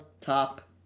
top